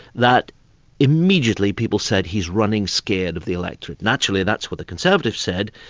that immediately people said he's running scared of the electorate. naturally that's what the conservatives said,